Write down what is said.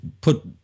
put